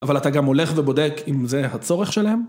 אבל אתה גם הולך ובודק אם זה הצורך שלהם?